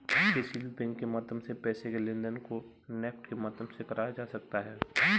किसी भी बैंक के माध्यम से पैसे के लेनदेन को नेफ्ट के माध्यम से कराया जा सकता है